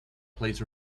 please